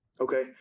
Okay